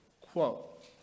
quote